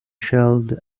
shelved